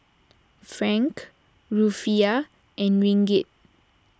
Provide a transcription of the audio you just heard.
Franc Rufiyaa and Ringgit